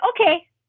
Okay